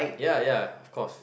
ya ya of course